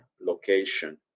location